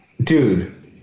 Dude